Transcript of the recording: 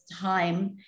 time